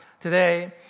today